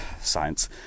science